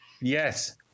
yes